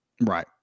Right